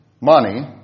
money